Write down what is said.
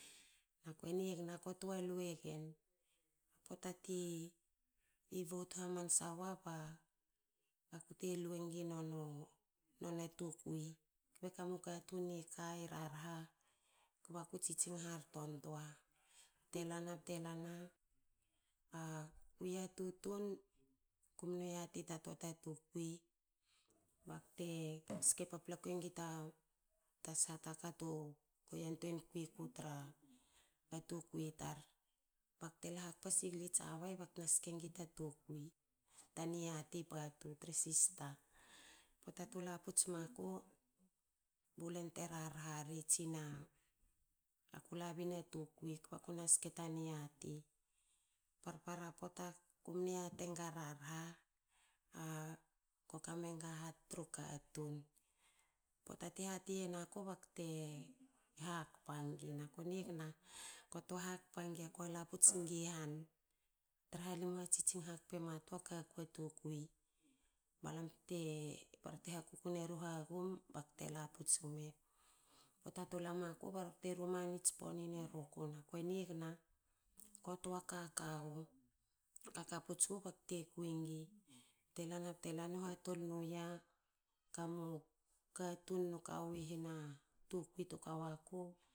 Na kue e nigna kue toa lue gen. Pota ti vote hamansa wa. bakute lue ngi nona tukui. Kbe kamu katun ika i rarha kba ku tsitsing harto ntoa bte lana bte lana bu yia tutun kumnu yati ta toa ta tukui bakte te ske paplaku enga ta sha taka ta yantuei kui ku tra tukui tar. Bakte la hakpa singli jabai bak na ske ngi ta tukui ta niati patu tre sista. Pota tu las puts maku. bu lan te raha ri. tsina aku labin a tukui. kba ku na ske ta niati. Parpara poata. ku mne yati enga rarha. Akue kamenga hat tru katun pota te hati yen aku. bakte hakpa nig. Na ku nigna kue hakpa nig. ko laputs singi ihan tra ha limu na tsitsing hakpa nota ka kwi a tukui. Ba lam te. Barte ha kuku neru hagum. bakte la puts gme. Pota tu lama ku. barte rumanin tspon nin e ruku. naku e nigna kotua kaka gu. kaka puts gu bakte kui ngi. Bte lana bte lana. u hatol nu ya kamu katun e kawi hna tukui tu kawaku